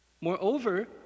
Moreover